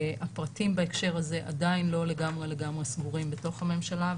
הפרטים בהקשר הזה עדיין לא לגמרי סגורים בתוך הממשלה,